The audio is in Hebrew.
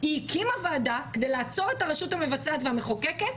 היא הקימה ועדה כדי לעצור את הרשות המבצעת והמחוקקת,